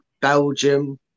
Belgium